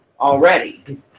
already